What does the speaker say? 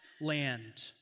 land